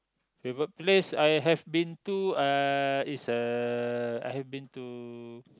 the workplace I have been to uh is uh I have been to